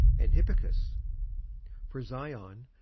and hippicus for zion,